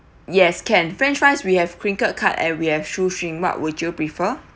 yes can french fries we have crinkle cut and we have shoestring what would you prefer